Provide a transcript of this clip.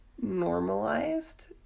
normalized